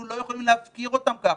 אנחנו לא יכולים להפקיר אותם כך.